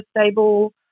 stable